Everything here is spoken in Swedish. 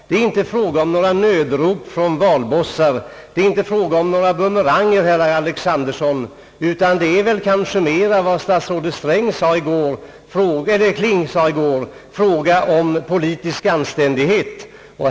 Det är här inte fråga om några nödrop från valbossar och det är inte fråga om några bumeranger, herr Alexanderson, utan det är kanske mera fråga om — som herr statsrådet Kling sade i går — politisk anständighet.